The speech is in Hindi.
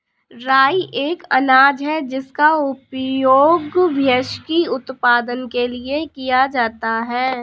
राई एक अनाज है जिसका उपयोग व्हिस्की उत्पादन के लिए किया जाता है